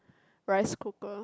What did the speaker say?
rice cooker